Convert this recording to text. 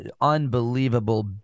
unbelievable